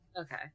Okay